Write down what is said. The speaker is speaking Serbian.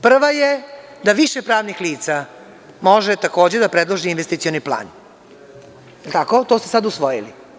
Prva je, da više pravnih lica može da predloži investicioni plan, to ste sada usvojili?